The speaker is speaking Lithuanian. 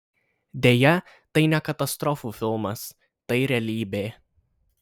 deja tai ne katastrofų filmas tai realybė